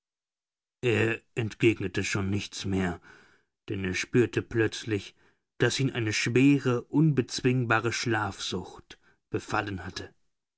er entgegnete schon nichts mehr denn er spürte plötzlich daß ihn eine schwere unbezwingbare schlafsucht befallen hatte